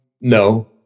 No